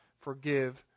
forgive